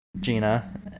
gina